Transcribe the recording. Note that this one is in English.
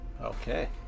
Okay